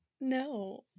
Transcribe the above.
No